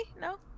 No